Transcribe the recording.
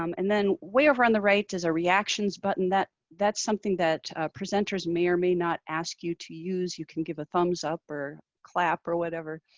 um and then way over on the right is a reactions button. that's something that presenters may or may not ask you to use. you can give a thumbs up or clap or whatever.